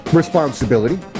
responsibility